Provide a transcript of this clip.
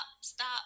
stop